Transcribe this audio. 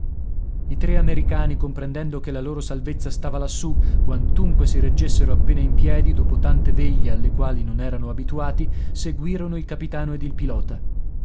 i tre americani comprendendo che la loro salvezza stava lassù quantunque si reggessero appena in piedi dopo tante veglie alle quali non erano abituati seguirono il capitano ed il pilota